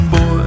Boy